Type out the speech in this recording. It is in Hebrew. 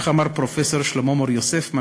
כך אמר פרופסור שלמה מור-יוסף,